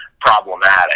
problematic